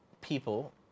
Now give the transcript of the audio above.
people